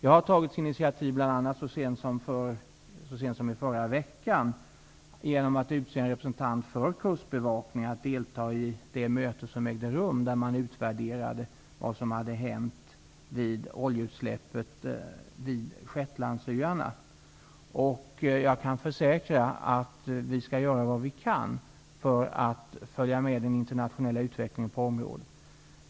Det har tagits initiativ bl.a. så sent som i förra veckan genom att en representant för Kustbevakningen utsågs att delta i det möte där en utvärdering gjordes av vad som hade hänt i samband med oljeutsläppet vid Shetlandsöarna. Jag kan försäkra att vi skall göra vad vi kan för att följa med i den internationella utvecklingen på området.